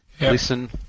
listen